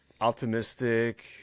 optimistic